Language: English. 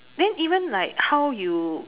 then even like how you